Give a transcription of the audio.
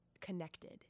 connected